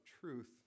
truth